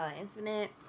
Infinite